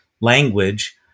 language